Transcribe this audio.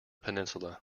peninsula